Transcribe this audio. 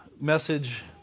message